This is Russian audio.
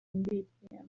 бедствиям